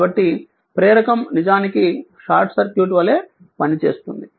కాబట్టి ప్రేరకం నిజానికి షార్ట్ సర్క్యూట్ వలె పనిచేస్తుంది